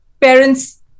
parents